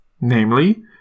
namely